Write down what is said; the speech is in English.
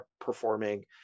performing